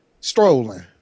strolling